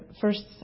first